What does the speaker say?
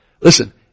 Listen